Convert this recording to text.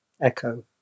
Echo